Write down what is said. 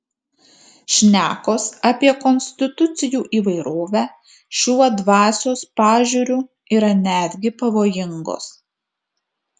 šnekos apie konstitucijų įvairovę šiuo dvasios pažiūriu yra netgi pavojingos